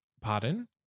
Pardon